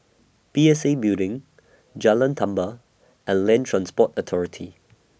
P S A Building Jalan Tambur and Land Transport Authority